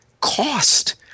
cost